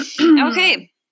Okay